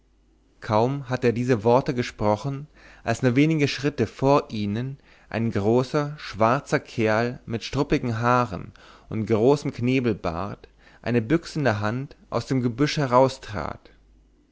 kaum hatte er diese worte gesprochen als nur wenige schritte von ihnen ein großer schwarzer kerl mit struppigen haaren und großem knebelbart eine büchse in der hand aus dem gebüsch heraustrat